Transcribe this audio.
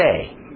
today